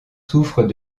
souffrent